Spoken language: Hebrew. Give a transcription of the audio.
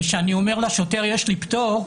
וכשאני אומר לשוטר: יש לי פטור,